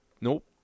Nope